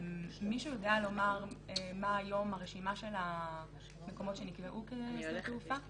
מישהו יודע לומר מה היום הרשימה של המקומות שנקבעו כשדה תעופה?